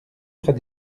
près